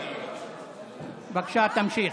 בבקשה, תמשיך.